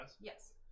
Yes